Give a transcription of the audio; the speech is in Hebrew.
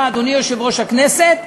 אדוני יושב-ראש הכנסת,